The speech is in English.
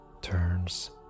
turns